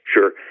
Sure